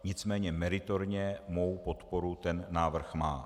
Nicméně meritorně mou podporu ten návrh má.